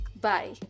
Bye